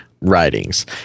writings